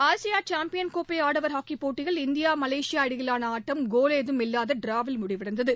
Asia champion கோப்பை ஆடவர் ஹாக்கிப் போட்டியில ் இந்தியா மலேசியா இடையிலான ஆட்டம் கோல் ஏதும் இல்லாத டிராவில் முடிவடைந்தது